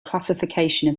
classification